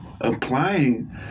applying